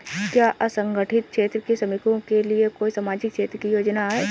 क्या असंगठित क्षेत्र के श्रमिकों के लिए कोई सामाजिक क्षेत्र की योजना है?